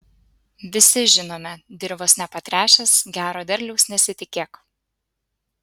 visi žinome dirvos nepatręšęs gero derliaus nesitikėk